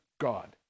God